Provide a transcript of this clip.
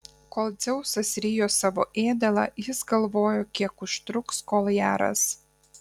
kol dzeusas rijo savo ėdalą jis galvojo kiek užtruks kol ją ras